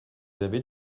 avez